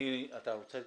אתה רוצה להתייחס?